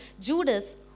Judas